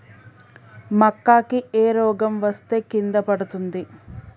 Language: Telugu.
మక్కా కి ఏ రోగం వస్తే కింద పడుతుంది?